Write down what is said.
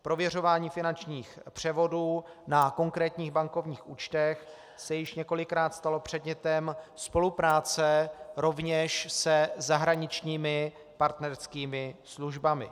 Prověřování finančních převodů na konkrétních bankovních účtech se již několikrát stalo předmětem spolupráce rovněž se zahraničními partnerskými službami.